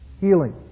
Healing